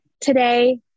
today